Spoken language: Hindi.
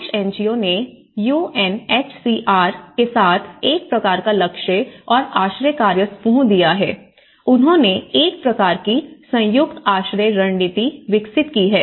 आयरिश एनजीओ ने U N H C R के साथ एक प्रकार का लक्ष्य और आश्रय कार्य समूह दिया है उन्होंने एक प्रकार की संयुक्त आश्रय रणनीति विकसित की है